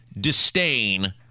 disdain